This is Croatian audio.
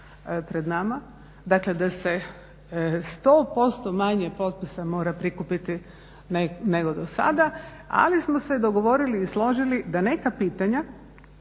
pred nama. Dakle, da se sto posto manje potpisa mora prikupiti nego do sada, ali smo se dogovorili i složili da neka pitanja,